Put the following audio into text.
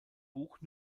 buch